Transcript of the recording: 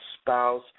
spouse